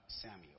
Samuel